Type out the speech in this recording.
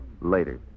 Later